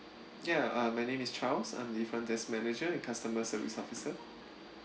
ya um my name is charles I am the front desk manager and customer service officer